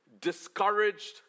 discouraged